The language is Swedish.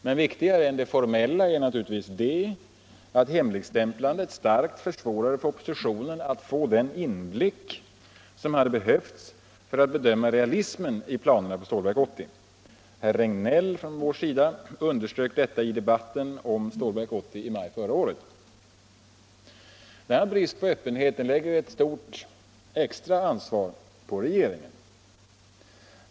Men viktigare än det formella är naturligtvis att hemligstämplandet starkt försvårade för oppositionen att få den inblick som hade behövts för att bedöma realismen i planerna på Stålverk 80. Herr Regnéll från vår sida underströk detta i debatten om Stålverk 80 i maj förra året. Denna brist på öppenhet lägger ett extra stort ansvar på regeringen.